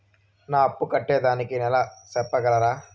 నా అప్పు కట్టేదానికి నెల సెప్పగలరా?